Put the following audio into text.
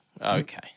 okay